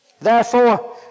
Therefore